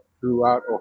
throughout